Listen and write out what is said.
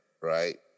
right